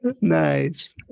Nice